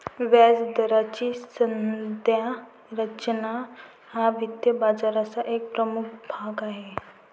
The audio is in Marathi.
व्याजदराची संज्ञा रचना हा वित्त बाजाराचा एक प्रमुख भाग आहे